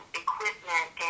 equipment